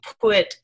put